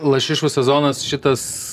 lašišų sezonas šitas